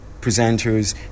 presenters